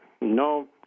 no